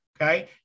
Okay